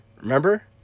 Remember